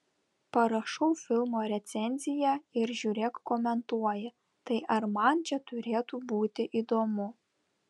parašau filmo recenziją ir žiūrėk komentuoja tai ar man čia turėtų būti įdomu